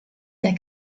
der